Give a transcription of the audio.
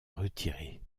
retirer